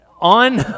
On